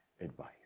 advice